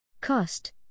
Cost